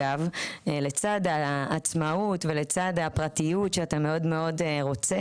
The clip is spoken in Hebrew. לצד העצמאות ולצד הפרטיות שאתה מאוד רוצה,